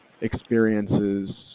experiences